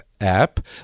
app